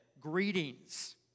Greetings